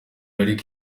ariko